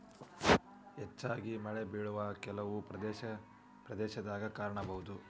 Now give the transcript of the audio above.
ಹೆಚ್ಚಾಗಿ ಮಳೆಬಿಳುವ ಕೆಲವು ಪ್ರದೇಶದಾಗ ಕಾಣಬಹುದ